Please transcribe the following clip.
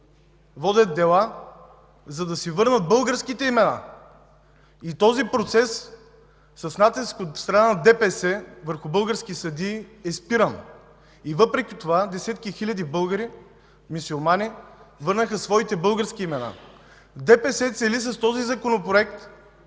водят дела, за да си върнат българските имена. И този процес с натиска от страна на ДПС върху български съдии е спиран. Въпреки това десетки хиляди българи мюсюлмани върнаха своите български имена. ДПС цели с този Законопроект